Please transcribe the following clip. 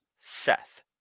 Seth